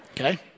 Okay